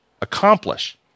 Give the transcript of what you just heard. Accomplish